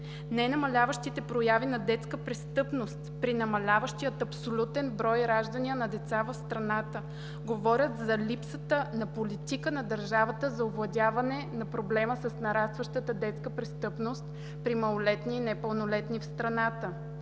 Ненамаляващите прояви на детска престъпност при намаляващия абсолютен брой раждания на децата в страната говорят за липсата на политика на държавата за овладяване на проблема с нарастващата детска престъпност при малолетни и непълнолетни в страната.